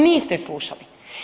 Niste slušali.